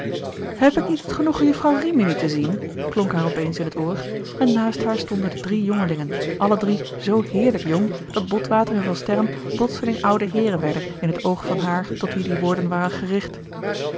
heb ik niet het genoegen jufvrouw rimini te zien klonk haar op eens in het oor en naast haar stonden drie jongelingen alle drie zoo heerlijk jong dat botwater en van sterren plotseling oude heeren werden in het oog van haar tot wie die woorden waren gerigt